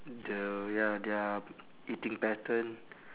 the ya their eating pattern